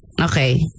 okay